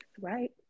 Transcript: right